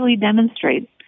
demonstrate